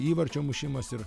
įvarčio mušimas ir